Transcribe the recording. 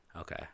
Okay